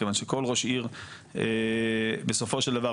כיוון שכל ראש עיר בסופו של דבר,